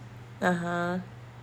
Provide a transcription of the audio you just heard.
(uh huh)